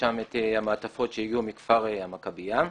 משם את המעטפות שהגיעו מכפר המכביה.